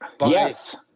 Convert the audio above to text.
Yes